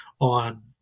on